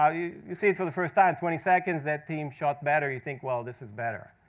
um you you see if for the first time, twenty seconds, that team shot better, you think, well, this is better.